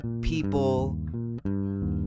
people